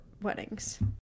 weddings